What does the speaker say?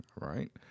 Right